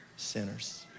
sinners